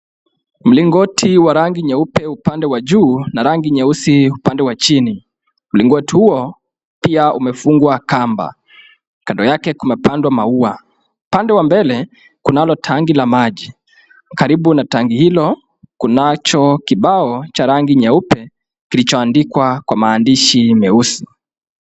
Mlingoti wa rangi nyeupe upande wa juu na rangi nyeusi upande wa chini. Mlingoti huo pia umefungwa kamba. Kando yake kumepandwa maua. Pande wa mbele, kunalo tangi la maji. Karibu na tangi hilo, kunacho kibao cha rangi nyeupe, kilichoandikwa kwa maandishi meusi.